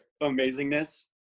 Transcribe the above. amazingness